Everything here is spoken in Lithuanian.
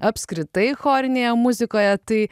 apskritai chorinėje muzikoje tai